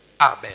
Amen